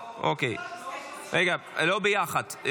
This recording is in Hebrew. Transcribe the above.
--- רגע, לא ביחד.